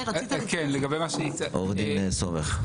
עו"ד סומך.